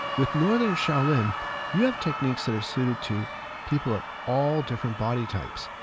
with northern shaolin you have techniques that are suited to people of all different body types.